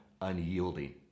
unyielding